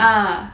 ah